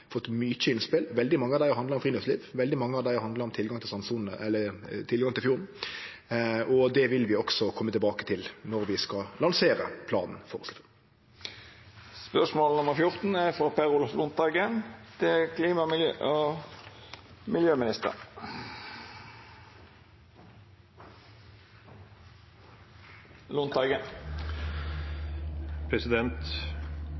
fått mange innspel. Veldig mange av dei handlar om friluftsliv, veldig mange av dei handlar om tilgang til strandsona eller tilgang til fjorden, og det vil vi også kome tilbake til når vi skal lansere planen.